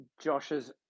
Josh's